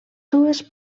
dues